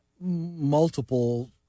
multiple